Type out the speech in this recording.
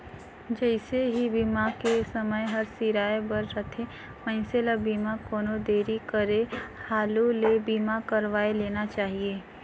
जइसे ही बीमा के समय हर सिराए बर रथे, मइनसे ल बीमा कोनो देरी करे हालू ले बीमा करवाये लेना चाहिए